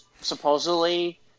supposedly